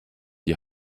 die